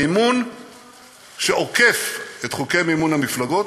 מימון שעוקף את חוקי מימון מפלגות,